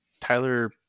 Tyler